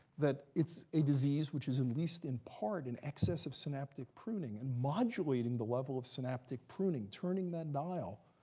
that it's a disease which is at least, in part, an excess of synoptic pruning. and modulating the level of synoptic pruning, turning that dial,